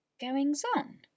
Goings-on